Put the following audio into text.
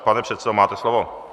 Pane předsedo, máte slovo.